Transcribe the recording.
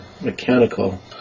mechanical